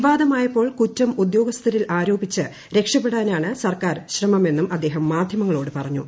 വിവാദമായപ്പോൾ കുറ്റം ഉദ്യോഗസ്ഥരിൽ ആരോപിച്ച് രക്ഷപ്പെടാനാണ് സർക്കാർ ശ്രമമെന്നും അദ്ദേഹം മാധ്യമങ്ങളോട് പറഞ്ഞു